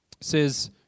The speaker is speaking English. says